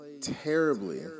terribly